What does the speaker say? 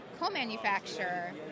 co-manufacturer